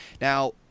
Now